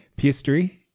PS3